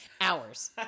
Hours